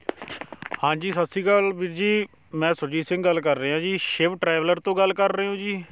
ਹਾਂਜੀ ਸਤਿ ਸ਼੍ਰੀ ਅਕਾਲ ਵੀਰ ਜੀ ਮੈਂ ਸੁਰਜੀਤ ਸਿੰਘ ਗੱਲ ਕਰ ਰਿਹਾ ਜੀ ਸ਼ਿਵ ਟ੍ਰੈਵਲਰ ਤੋਂ ਗੱਲ ਕਰ ਰਹੇ ਹੋ ਜੀ